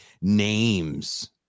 names